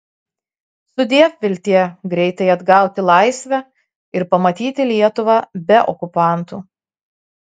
sudiev viltie greitai atgauti laisvę ir pamatyti lietuvą be okupantų